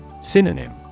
Synonym